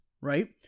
right